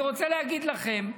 אני רוצה להגיד לכם: